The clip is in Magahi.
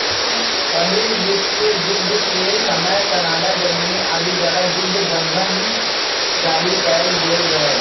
पहिल विश्वजुद्ध के समय कनाडा, जर्मनी आदि द्वारा जुद्ध बन्धन जारि कएल गेल रहै